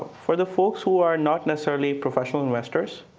for the folks who are not necessarily professional investors,